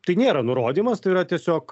tai nėra nurodymas tai yra tiesiog